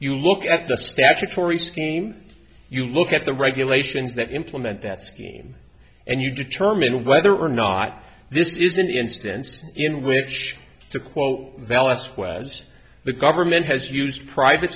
you look at the statutory scheme you look at the regulations that implement that scheme and you determine whether or not this is an instance in which to quote vallance was the government has used private